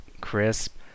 Crisp